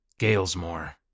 Galesmore